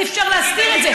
אי-אפשר להסתיר את זה.